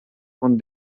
con